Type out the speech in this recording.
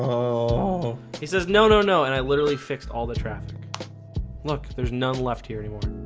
oh he says no no no and i literally fixed all the traffic look there's none left here anymore.